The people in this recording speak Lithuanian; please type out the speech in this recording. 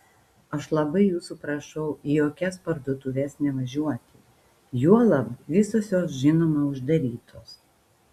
aš labai jūsų prašau į jokias parduotuves nevažiuoti juolab visos jos žinoma uždarytos